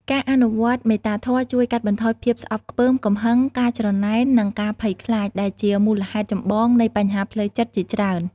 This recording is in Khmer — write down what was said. ការអនុវត្តន៍មេត្តាធម៌ជួយកាត់បន្ថយភាពស្អប់ខ្ពើម កំហឹង ការច្រណែន និងការភ័យខ្លាច ដែលជាមូលហេតុចម្បងនៃបញ្ហាផ្លូវចិត្តជាច្រើន។